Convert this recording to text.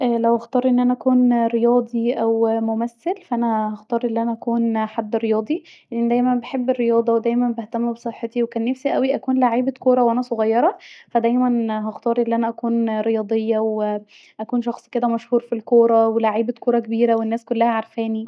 او اختار أن انا اكون رياضي أو ممثل ف هختار أن انا اكون حد رياضي لأن انا بحب الرياضه ودايما بهتم بصحتي وكان نفسي اوي اكون لعيبه كوره وانا صغيره ف دايما هختار أن انا اكون رياضيه واكون شخص كدا مشهور في الكوره ولعيبه كوره كبيره والناس كلها عارفاني